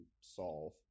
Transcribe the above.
solve